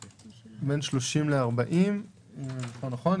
בין 30 ל-40, אם אני זוכר נכון.